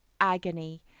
agony